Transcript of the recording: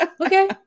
Okay